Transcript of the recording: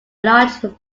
large